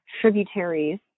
tributaries